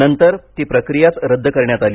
नंतर ती प्रक्रीयाच रद्द करण्यात आली